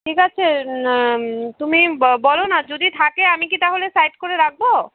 ঠিক আছে না তুমি বলো না যদি থাকে আমি কি তাহলে সাইড করে রাখবো